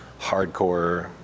hardcore